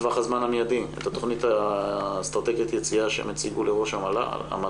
בטווח הזמן המיידי את התכנית האסטרטגית ליציאה שהם הציגו לראש המל"ל.